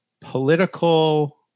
political